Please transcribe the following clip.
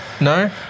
No